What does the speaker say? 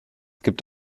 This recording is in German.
gibt